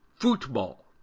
football